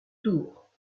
tour